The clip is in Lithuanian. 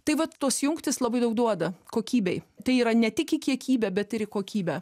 tai vat tos jungtys labai daug duoda kokybei tai yra ne tik į kiekybę bet ir į kokybę